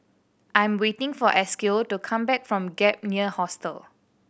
I am waiting for Esequiel to come back from Gap Year Hostel